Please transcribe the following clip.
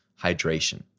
hydration